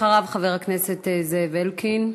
ואחריו, חבר הכנסת זאב אלקין,